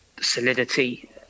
solidity